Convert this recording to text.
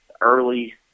early